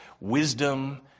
wisdom